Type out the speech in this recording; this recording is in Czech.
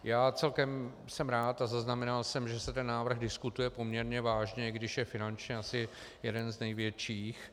Já jsem celkem rád a zaznamenal jsem, že se ten návrh diskutuje poměrně vážně, i když je finančně asi jeden z největších.